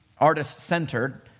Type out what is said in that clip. artist-centered